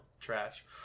trash